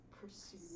Pursue